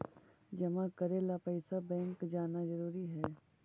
जमा करे ला पैसा बैंक जाना जरूरी है?